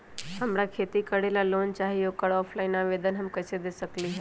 हमरा खेती करेला लोन चाहि ओकर ऑफलाइन आवेदन हम कईसे दे सकलि ह?